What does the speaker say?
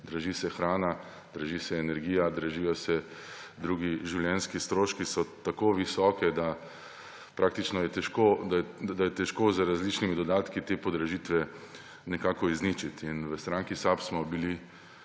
draži se hrana, draži se energija, dražijo se drugi življenjski stroški, ki so tako visoki, da je praktično težko z različnimi dodatki te podražitve nekako izničit. V stranki SAB smo bili